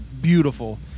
beautiful